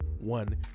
one